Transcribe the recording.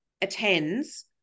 attends